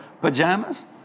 pajamas